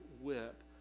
whip